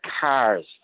cars